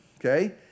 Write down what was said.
Okay